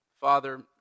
Father